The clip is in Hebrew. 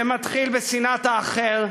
זה מתחיל בשנאת האחר,